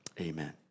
amen